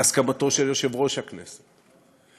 בהסמכתו של יושב-ראש הכנסת,